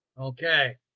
Okay